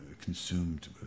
consumed